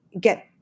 get